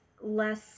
less